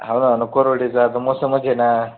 हो ना कोरोडेचा आता मौसमच आहे ना